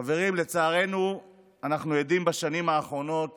חברים, לצערנו אנחנו עדים בשנים האחרונות